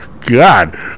God